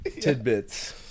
tidbits